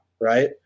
right